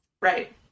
right